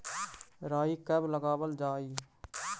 राई कब लगावल जाई?